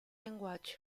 linguaggio